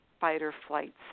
fight-or-flight